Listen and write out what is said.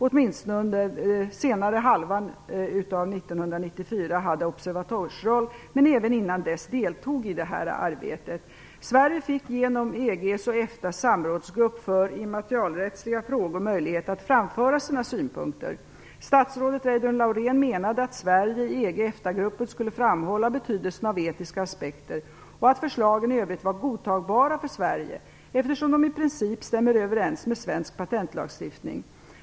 Åtminstone under senare halvan av 1994 hade Sverige en observatörsroll, men även innan dess deltog Sverige i detta arbete. Sverige fick genom EG:s och EFTA:s samrådsgrupp för immaterialrättsliga frågor möjlighet att framföra sina synpunkter. Statsrådet Reidunn Laurén menade att Sverige i EG/EFTA-gruppen skulle framhålla betydelsen av etiska aspekter och att förslagen i övrigt var godtagbara för Sverige, eftersom de i princip stämmer överens med svensk patentlagstiftning.